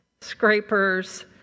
scrapers